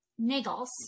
niggles